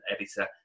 editor